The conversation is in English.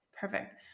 perfect